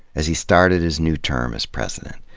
as he started his new term as president.